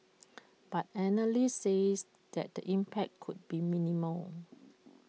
but analysts says that the impact could be minimal